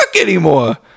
anymore